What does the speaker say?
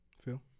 Phil